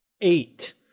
Eight